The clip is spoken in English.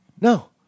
No